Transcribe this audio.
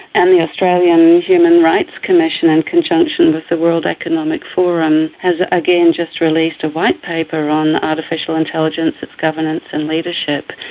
and the australian human rights commission, in conjunction with the world economic forum, forum, has again just released a white paper on artificial intelligence, its governance and leadership.